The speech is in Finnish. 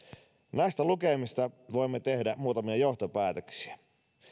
näistä lukemista voimme tehdä muutamia johtopäätöksiä